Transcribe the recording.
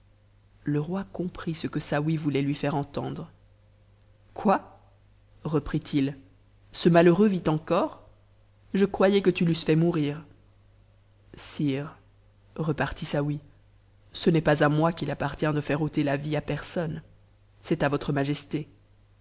le roi comprit ce que saouy voulait lui faire entendre quoi repri il ce malheureux vit encore je croyais que tu l'eusses fait mourir sire repartit saouy ce n'est pas à moi qu'il appartient de faire ôter ta vie à personne c'est à votre majesté